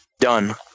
Done